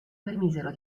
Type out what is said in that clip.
permisero